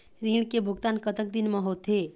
ऋण के भुगतान कतक दिन म होथे?